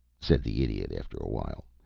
said the idiot, after a while,